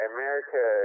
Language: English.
America